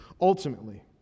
ultimately